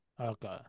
Okay